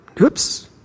oops